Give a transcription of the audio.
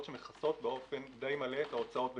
שמכסות באופן די מלא את ההוצאות בגינן,